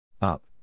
Up